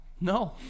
No